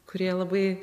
kurie labai